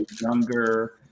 younger